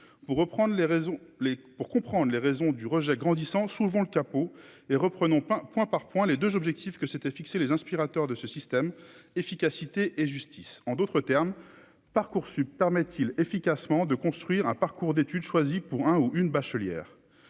pour comprendre les raisons du rejet grandissant souvent le capot et reprenons pas point par point les 2 objectifs que s'étaient fixés les inspirateurs de ce système, efficacité et justice en d'autres termes parcoursup permettent efficacement, de construire un parcours d'étude choisi pour un ou une bachelière